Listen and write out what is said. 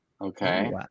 Okay